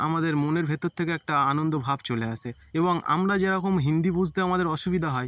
আমাদের মনের ভিতর থেকে একটা আনন্দভাব চলে আসে এবং আমরা যেরকম হিন্দি বুঝতে আমাদের অসুবিধা হয়